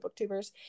booktubers